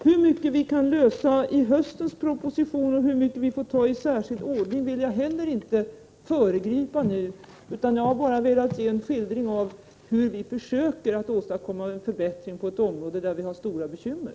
Hur mycket vi kan lösa i höstens proposition och hur mycket vi får ta i särskild ordning vill jag inte föregripa nu, utan jag har bara velat ge en skildring av hur vi försöker att åstadkomma en förbättring på ett område där det finns stora bekymmer.